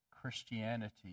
Christianity